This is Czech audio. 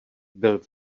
byl